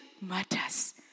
matters